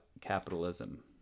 capitalism